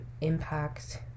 impact